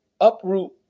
uproot